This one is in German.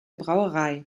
brauerei